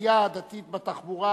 לכפייה הדתית בתחבורה,